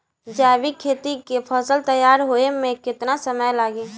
जैविक खेती के फसल तैयार होए मे केतना समय लागी?